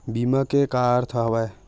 बीमा के का अर्थ हवय?